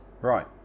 Right